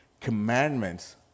commandments